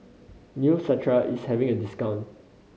neostrata is having a discount